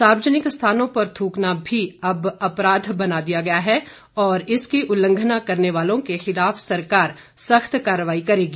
सार्वजनिक स्थानों पर थ्रकना भी अब अपराध बना दिया गया है और इसकी उल्लंघना करने वालों के खिलाफ सरकार सख्त कार्रवाई करेगी